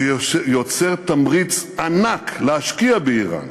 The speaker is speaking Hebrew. שיוצר תמריץ ענק להשקיע באיראן,